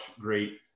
great